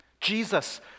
Jesus